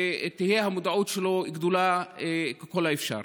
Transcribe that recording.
ושהמודעות אליו תהיה גדולה ככל האפשר.